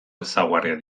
ezaugarriak